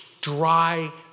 dry